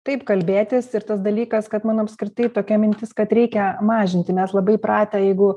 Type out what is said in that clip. taip kalbėtis ir tas dalykas kad mano apskritai tokia mintis kad reikia mažinti mes labai įpratę jeigu